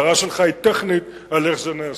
וההערה שלך היא טכנית על איך זה נעשה.